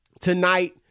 tonight